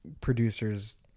producers